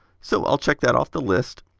so, i'll check that off the list.